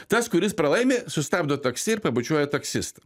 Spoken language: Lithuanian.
tas kuris pralaimi sustabdo taksi ir pabučiuoja taksistą